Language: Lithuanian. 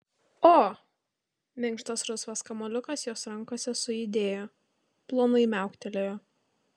o minkštas rusvas kamuoliukas jos rankose sujudėjo plonai miauktelėjo